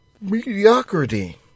mediocrity